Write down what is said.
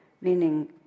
Meaning